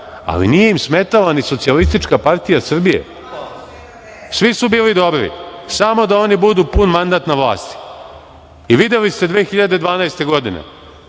ali nije im smetala ni Socijalistička partija Srbije. Svi su bili dobri samo da oni budu pun mandat na vlasti i videli ste 2012. godine